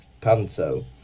panto